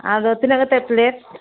ᱟᱫᱚ ᱛᱤᱱᱟᱹᱜ ᱠᱟᱛᱮ ᱯᱮᱞᱮᱴ